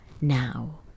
now